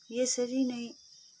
यसरी नै